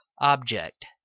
Object